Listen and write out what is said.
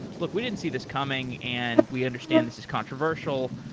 look. we didn't see this coming, and we understand this is controversial,